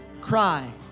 cry